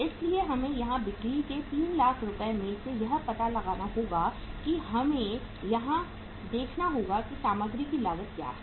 इसलिए हमें यहां बिक्री के 3 लाख रुपये में से यह पता लगाना होगा कि हमें यह देखना होगा कि सामग्री की लागत क्या है